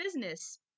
business